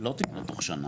לא תקרה בתוך שנה.